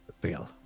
bill